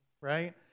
right